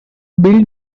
build